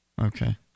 okay